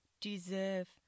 deserve